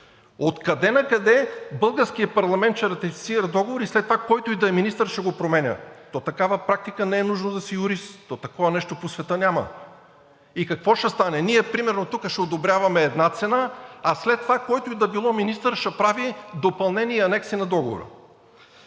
Откъде-накъде българският парламент ще ратифицира договор и след това който и да е министър ще го променя? То такава практика, не е нужно да си юрист, то такова нещо по света няма. И какво ще стане? Ние примерно тук ще одобряваме една цена, а след това който и да било министър ще прави допълнения и анекси на договора.